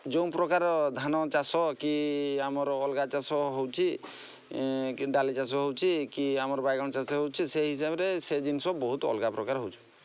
ଯେଉଁ ପ୍ରକାର ଧାନ ଚାଷ କି ଆମର ଅଲଗା ଚାଷ ହେଉଛି କି ଡାଲି ଚାଷ ହେଉଛି କି ଆମର ବାଇଗଣ ଚାଷ ହେଉଛି ସେଇ ହିସାବରେ ସେ ଜିନିଷ ବହୁତ ଅଲଗା ପ୍ରକାର ହେଉଛି